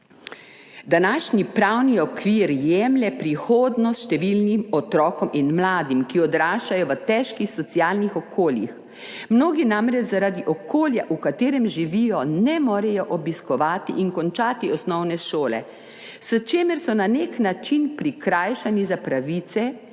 Današnji pravni okvir jemlje prihodnost številnim otrokom in mladim, ki odraščajo v težkih socialnih okoljih. Mnogi namreč zaradi okolja, vkaterem živijo, ne morejo obiskovati in končati osnovne šole, s čimer so na nek način prikrajšani za pravice,